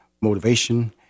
motivation